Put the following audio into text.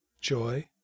joy